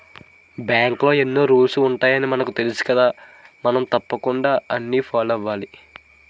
బాంకులో ఎన్నో రూల్సు ఉంటాయని తెలుసుకదా మనం తప్పకుండా అన్నీ ఫాలో అవ్వాలి